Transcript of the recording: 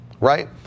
right